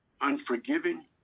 unforgiving